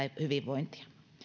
hyvinvointia